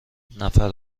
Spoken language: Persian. نفر